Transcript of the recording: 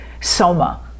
soma